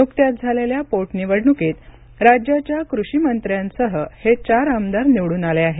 नुकत्याच झालेल्या पोटनिवडणुकीत राज्याच्या कृषीमंत्र्यांसह हे चार आमदार निवडून आले आहेत